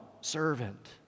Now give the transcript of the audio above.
servant